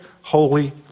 holy